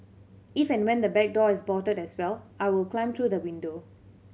if and when the back door is bolted as well I will climb through the window